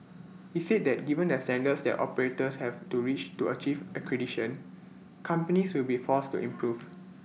he said that given the standards that operators have to reach to achieve accreditation companies will be forced to improve